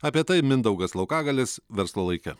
apie tai mindaugas laukagalis verslo laike